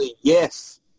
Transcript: Yes